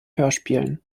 hörspielen